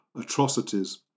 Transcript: atrocities